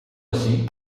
assim